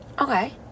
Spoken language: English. Okay